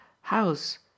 house